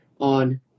on